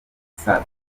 saa